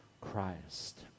Christ